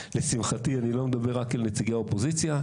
לשמחתי אני לא מדבר רק אל נציגי האופוזיציה.